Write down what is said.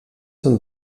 són